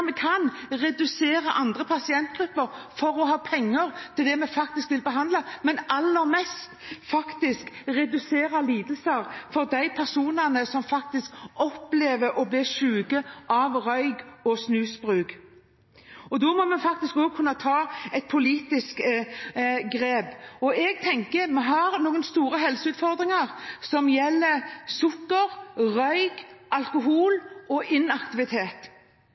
vi kan, redusere andre pasientgrupper for å ha penger til det vi faktisk vil behandle, men aller mest redusere lidelsene for de personene som faktisk opplever å bli syke av røyk og snusbruk. Da må vi også kunne ta et politisk grep. Vi har noen store helseutfordringer som gjelder sukker, røyk, alkohol og inaktivitet.